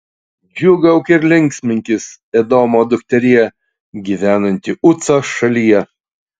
džiūgauk ir linksminkis edomo dukterie gyvenanti uco šalyje